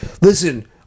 listen